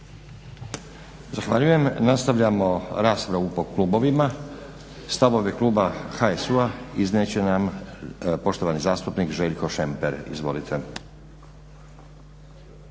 Zahvaljujem. Nastavljamo raspravu po klubovima. Stavove kluba HSU-a iznije će nam poštovani zastupnik Željko Šemper. Izvolite.